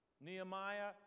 Nehemiah